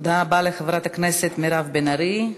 תודה רבה לחברת הכנסת מירב בן ארי.